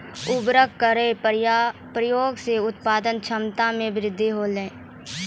उर्वरक केरो प्रयोग सें उत्पादन क्षमता मे वृद्धि होलय